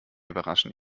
überraschen